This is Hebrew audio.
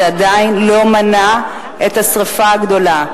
זה עדיין לא מנע את השרפה הגדולה.